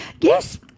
Yes